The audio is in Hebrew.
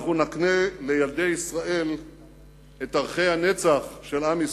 אנחנו נקנה לילדי ישראל את ערכי הנצח של עם ישראל.